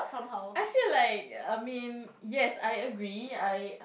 I feel like I mean yes I agree I